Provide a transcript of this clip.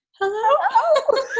Hello